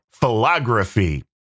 philography